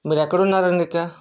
మీరెక్కడున్నారండి ఇంకా